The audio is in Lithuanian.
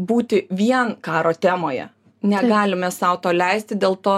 būti vien karo temoje negalime sau to leisti dėl to